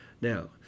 Now